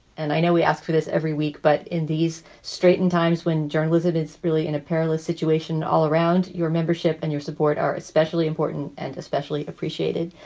and i know we asked for this every week. but in these straitened times when journalism is really in a perilous situation all around, your membership and your support are especially important and especially appreciated.